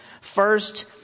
First